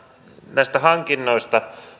näistä hankinnoista